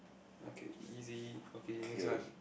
okay easy okay next one